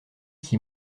qui